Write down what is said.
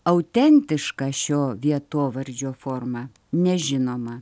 autentiška šio vietovardžio forma nežinoma